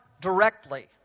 directly